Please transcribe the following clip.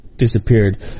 disappeared